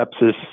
sepsis